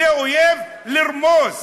זה אויב, לרמוס,